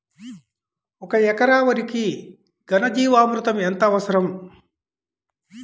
ఒక ఎకరా వరికి ఘన జీవామృతం ఎంత అవసరం?